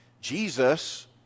Jesus